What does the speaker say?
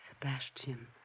Sebastian